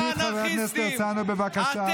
להוציא את חבר הכנסת הרצנו, בבקשה.